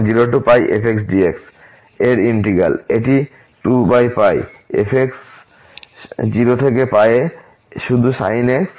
এটি 2 f 0 থেকে এ শুধু sin x